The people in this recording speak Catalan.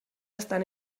estan